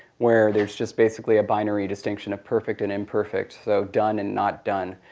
where there's just basically a binary distinction of perfect and imperfect, so done and not done,